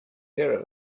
hear